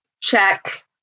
check